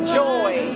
joy